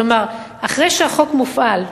כלומר, אחרי שהחוק מופעל,